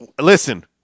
listen